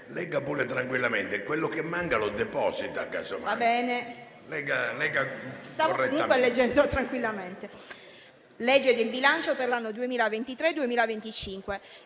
legge di bilancio per l'anno 2023-2025,